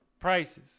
prices